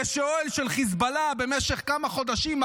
זה שאוהל של חיזבאללה במשך כמה חודשים,